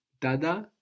Dada